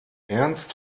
ernst